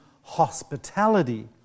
hospitality